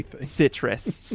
citrus